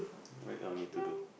what you want me to do